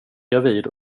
gravid